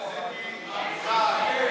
סיעת הליכוד,